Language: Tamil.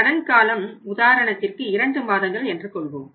கடன் காலம் உதாரணத்திற்கு 2 மாதங்கள் என்று கொள்வோம்